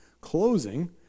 closing